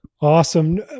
Awesome